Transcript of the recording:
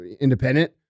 Independent